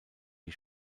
die